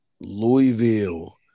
Louisville